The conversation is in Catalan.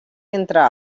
entre